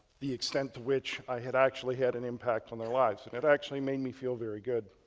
the extent to which i had actually had an impact on their lives. and it actually made me feel very good.